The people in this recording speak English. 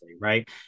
Right